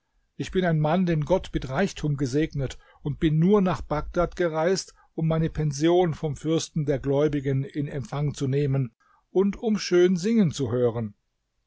ich bin ein mann den gott mit reichtum gesegnet und bin nur nach bagdad gereist um meine pension vom fürsten der gläubigen in empfang zu nehmen und um schön singen zu hören